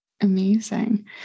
Amazing